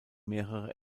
mehrere